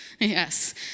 Yes